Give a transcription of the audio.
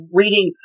reading